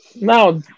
now